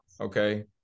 Okay